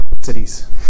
cities